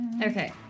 Okay